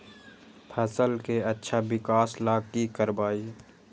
फसल के अच्छा विकास ला की करवाई?